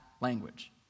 language